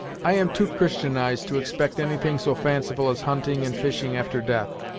i am too christianized to expect any thing so fanciful as hunting and fishing after death,